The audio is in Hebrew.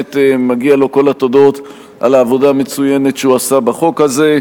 ובאמת מגיעות לו כל התודות על העבודה המצוינת שהוא עשה בחוק הזה.